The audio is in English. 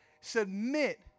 submit